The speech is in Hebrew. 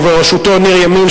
ובראשותו ניר ימין,